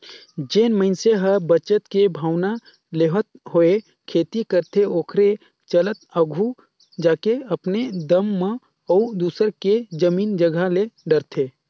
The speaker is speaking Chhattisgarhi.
जेन मइनसे ह बचत के भावना लेवत होय खेती करथे ओखरे चलत आघु जाके अपने दम म अउ दूसर के जमीन जगहा ले डरथे